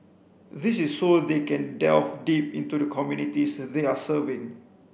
this is so they can delve deep into the communities they are serving